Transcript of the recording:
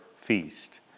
feast